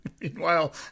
Meanwhile